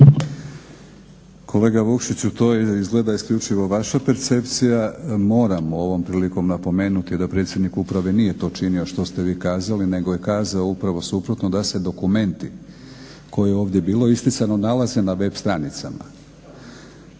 Kolega Vukšiću, to je izgleda isključivo vaša percepcija. Moram ovom prilikom napomenuti da predsjednik uprave nije to činio što ste vi kazali nego je kazao upravo suprotno, da se dokumenti koji je ovdje bilo isticano, nalaze na web stranicama.